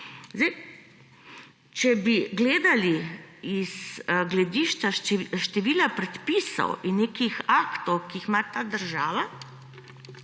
Sedaj, če bi gledali z gledišča števila predpisov in nekaj aktov, ki jih ima ta država,